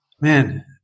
man